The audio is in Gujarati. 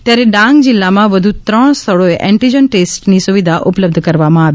ત્યારે ડાંગ જીલ્લામાં વધુ ત્રણ સ્થળોએ એન્ટિજન ટેસ્ટની સુવિધા ઉપલબ્ધ કરવામાં આવી